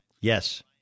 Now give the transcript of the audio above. Yes